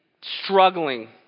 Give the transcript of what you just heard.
struggling